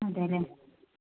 അതേലെ